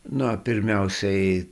na pirmiausiai